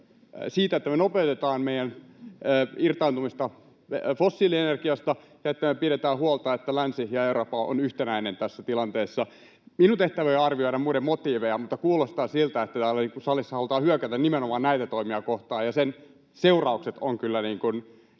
siitä, että me nopeutetaan meidän irtaantumista fossiilienergiasta, ja että me pidetään huolta, että länsi ja Eurooppa ovat yhtenäisiä tässä tilanteessa. Minun tehtäväni ei ole arvioida muiden motiiveja, mutta kuulostaa siltä, että täällä salissa halutaan hyökätä nimenomaan näitä toimia kohtaan, ja sen seuraukset ovat kyllä